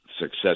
success